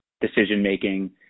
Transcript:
decision-making